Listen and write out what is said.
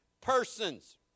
persons